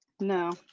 No